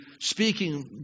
speaking